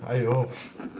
!aiyo!